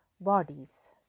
bodies